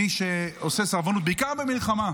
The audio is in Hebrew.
מי שעושה סרבנות, בעיקר במלחמה,